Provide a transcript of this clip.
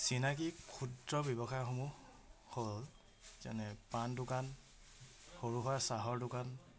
চিনাকি ক্ষুদ্ৰ ব্যৱসায়সমূহ হ'ল যেনে পাণ দোকান সৰু সৰা চাহৰ দোকান